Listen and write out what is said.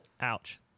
Ouch